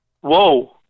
Whoa